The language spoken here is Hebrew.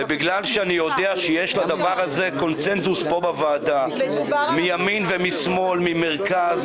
בגלל שאני יודע שיש לדבר הזה קונצנזוס פה בוועדה מימין ומשמאל וממרכז,